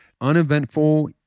uneventful